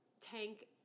Tank